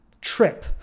trip